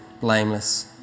blameless